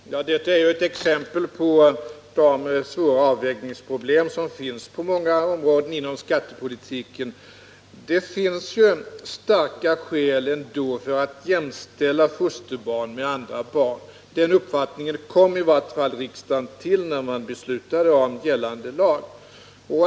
Herr talman! Detta är ett exempel på de svåra avvägningsproblem som finns på många områden inom skattepolitiken. Det finns ju starka skäl för att jämställa fosterbarn med andra barn. Den uppfattningen kom i vart fall riksdagen till när den beslutade anta gällande lag.